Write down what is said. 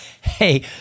Hey